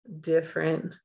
different